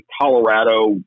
Colorado